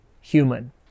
human